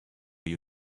you